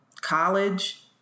college